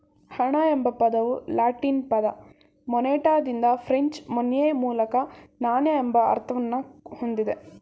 ಹಣ ಎಂಬ ಪದವು ಲ್ಯಾಟಿನ್ ಪದ ಮೊನೆಟಾದಿಂದ ಫ್ರೆಂಚ್ ಮೊನ್ಯೆ ಮೂಲಕ ನಾಣ್ಯ ಎಂಬ ಅರ್ಥವನ್ನ ಹೊಂದಿದೆ